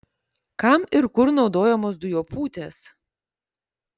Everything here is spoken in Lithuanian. kam ir kur naudojamos dujopūtės